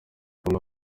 kongo